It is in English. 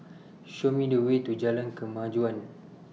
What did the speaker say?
Show Me The Way to Jalan Kemajuan